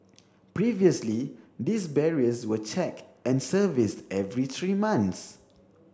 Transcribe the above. previously these barriers were checked and serviced every three months